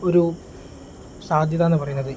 ഒരു സാധ്യത എന്നു പറയുന്നത്